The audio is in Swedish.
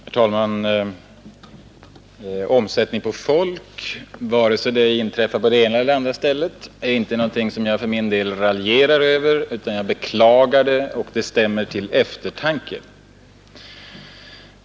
Herr talman! Omsättningen på folk, vare sig den inträffar på det ena eller det andra stället, är inte någonting som jag för min del raljerar över utan jag beklagar det, och det stämmer till eftertanke.